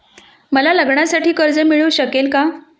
मला लग्नासाठी कर्ज मिळू शकेल का?